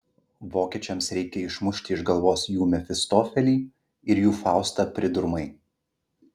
vokiečiams reikia išmušti iš galvos jų mefistofelį ir jų faustą pridurmai